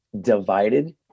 divided